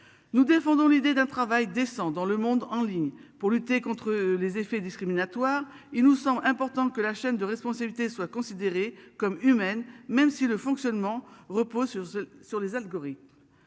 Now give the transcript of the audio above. Nous défendons l'idée d'un travail décent dans le monde en ligne pour lutter contre les effets discriminatoires. Il nous semble important que la chaîne de responsabilités soient. Comme humaine, même si le fonctionnement repose sur ce sur les algorithmes.